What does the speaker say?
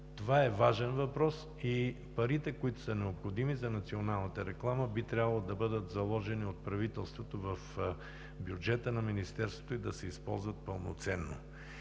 Това е важен въпрос. Парите, необходими за националната реклама, би трябвало да бъдат заложени от правителството в бюджета на Министерството и да се използват пълноценно.